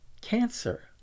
cancer